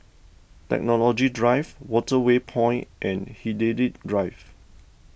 Technology Drive Waterway Point and Hindhede Drive